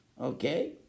Okay